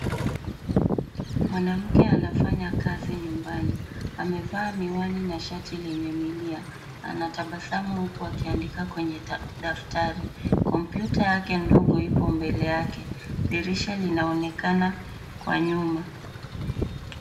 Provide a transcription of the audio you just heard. Mwanamke anafanya kazi nyumbani. Amevaa miwani na shati lenye milia. Anatabasamu huku akiandika kwenye daftari. Kompyuta yake ndogo ipo mbele yake. Dirisha linaonekana kwa nyuma.